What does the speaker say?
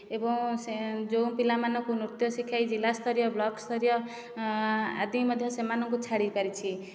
ଏବଂ ସେ ଯେଉଁ ପିଲାମାନଙ୍କୁ ନୃତ୍ୟ ଶିଖାଇ ଜିଲ୍ଲା ସ୍ତରୀୟ ବ୍ଲକ ସ୍ତରୀୟ ଆଦି ମଧ୍ୟ ସେମାନଙ୍କୁ ଛାଡ଼ିପାରିଛି